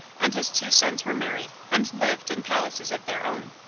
and his two sons were married and lived in palaces of their own.